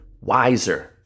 wiser